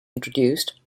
introduced